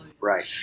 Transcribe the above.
Right